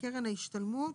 קרן ההשתלמות,